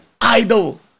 idol